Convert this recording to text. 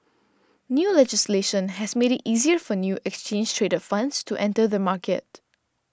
new legislation has made it easier for new exchange traded funds to enter the market